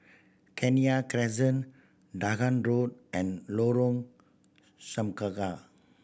Kenya Crescent Dahan Road and Lorong Semangka